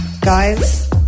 guys